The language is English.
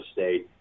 State